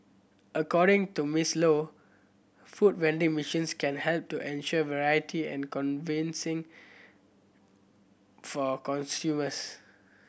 according to Miss Low food vending machines can help to ensure variety and for consumers